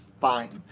fine.